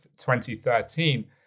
2013